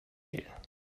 wählen